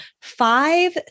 five